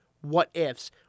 what-ifs